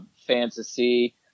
fantasy